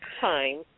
time